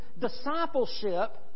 discipleship